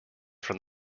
from